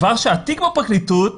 כבר כשהתיק בפרקליטות